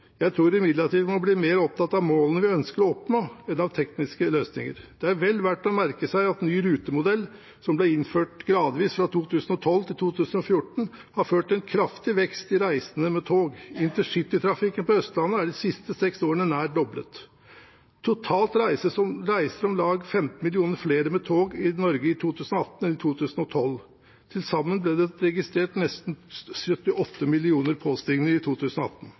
Jeg tror imidlertid vi må bli mer opptatt av målene vi ønsker å oppnå, enn av tekniske løsninger. Det er vel verdt å merke seg at ny rutemodell, som ble innført gradvis fra 2012 til 2014, har ført til en kraftig vekst i reisende med tog. Intercitytrafikken på Østlandet er de siste seks årene nær doblet. Totalt reiste om lag 15 millioner flere med tog i Norge i 2018 enn i 2012. Til sammen ble det registrert nesten 78 millioner påstigninger i 2018.